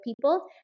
people